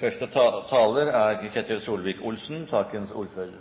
Dokument 8:98 S er et forslag fra representantene Ketil